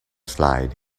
slide